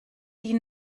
die